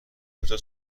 کجا